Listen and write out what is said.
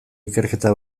ikerketa